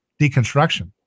deconstruction